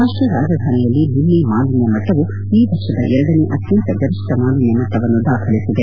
ರಾಷ್ಟ ರಾಜಧಾನಿಯಲ್ಲಿ ನಿನ್ನೆ ಮಾಲಿನ್ಯ ಮಟ್ಟವು ಈ ವರ್ಷದ ಎರಡನೇ ಅತ್ಯಂತ ಗರಿಷ್ಠ ಮಾಲಿನ್ಯ ಮಟ್ಟವನ್ನು ದಾಖಲಿಸಿದೆ